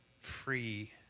free